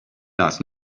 nice